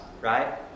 right